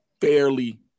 fairly